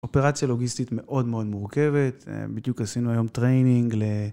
אופרציה לוגיסטית מאוד מאוד מורכבת, בדיוק עשינו היום טריינינג ל...